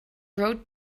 rode